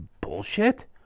bullshit